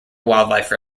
wildlife